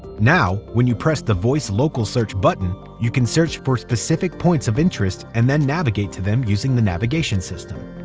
now, when you press the voice local search button, you can search for specific points of interest and then navigate to them using the navigation system.